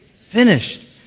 finished